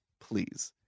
please